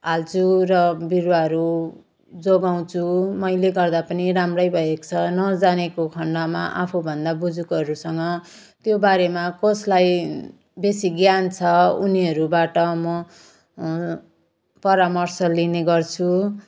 हाल्छु र बिरुवाहरू जोगाउँछु मैले गर्दा पनि राम्रै भएको छ नजानेको खन्डमा आफूभन्दा बुजुर्गहरूसँग त्यो बारेमा कसलाई बेसी ज्ञान छ उनीहरूबाट म परामर्श लिने गर्छु